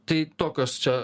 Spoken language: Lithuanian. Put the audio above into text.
tai tokios čia